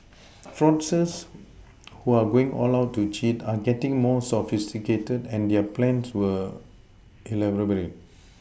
fraudsters who are going all out to cheat are getting more sophisticated and their plans were elaborate